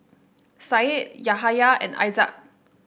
Said Yahaya and Aizat